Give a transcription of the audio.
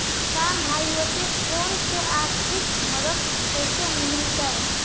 किसान भाइयोके कोन से आर्थिक मदत कैसे मीलतय?